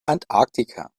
antarktika